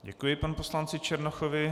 Děkuji panu poslanci Černochovi.